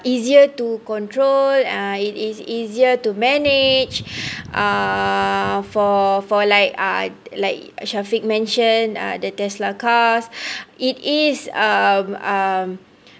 easier to control uh it is easier to manage uh for for like uh like shafiq mentioned uh the Tesla cars it is um um